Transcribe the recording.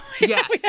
Yes